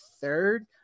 third